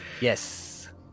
Yes